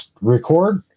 record